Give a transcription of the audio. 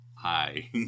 hi